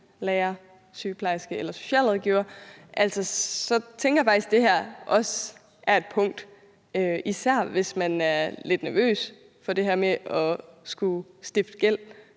lærer, sygeplejerske eller socialrådgiver, så tænker jeg faktisk, at det her også er et punkt, især hvis man er lidt nervøs for det her med at skulle stifte gæld